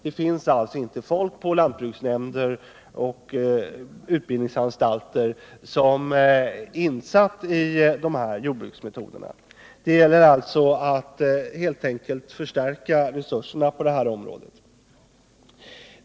Det finns alltså inte folk på lantbruksnämnder och utbildningsanstalter som är insatta i dessa jordbruksmetoder. Det gäller därför helt enkelt att förstärka resurserna på detta område.